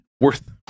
worth